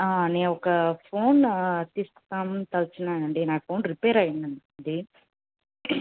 నేను ఒక ఫోను తీసుకుందామని వచ్చానండి నా ఫోన్ రిపైర్ అయ్యిందండి